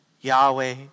Yahweh